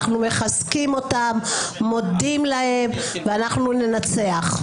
אנחנו מחזקים אותם, מודים להם, ואנחנו ננצח.